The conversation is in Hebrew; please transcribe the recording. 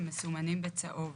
הם מסומנים בצהוב.